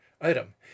Item